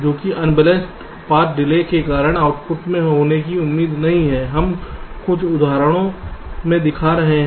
हम कुछ उदाहरणों में दिखा रहे हैं